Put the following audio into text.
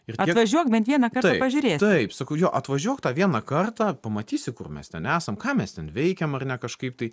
ir važiuok bent vieną kartą pažiūrėti taip sakau jo atvažiuok tą vieną kartą pamatysi kur mes ten esam ką mes ten veikiam ar ne kažkaip tai